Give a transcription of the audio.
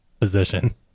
position